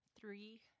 Three